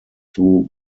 through